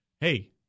hey